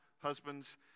husbands